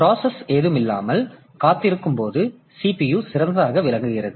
process ஏதுமில்லாமல் காத்திருக்கும் போது CPU சிறந்ததாக விளங்குகிறது